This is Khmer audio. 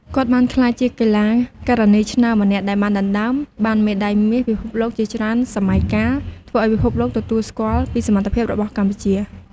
គាត់បានក្លាយជាកីឡាការិនីឆ្នើមម្នាក់ ដែលបានដណ្ដើមបានមេដៃមាសពិភពលោកជាច្រើនសម័យកាល ធ្វើឱ្យពិភពលោកទទួលស្គាល់ពីសមត្ថភាពរបស់កម្ពុជា។